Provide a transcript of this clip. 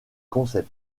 concept